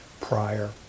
prior